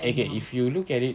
okay if you look at it